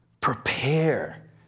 Prepare